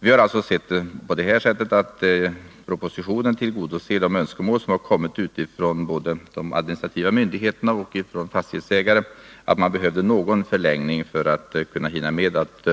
Vi har alltså sett saken på det sättet att propositionen tillgodoser de önskemål som har kommit både från de administrativa myndigheterna och från fastighetsägare om att få en förlängning för att man skall kunna hinna med att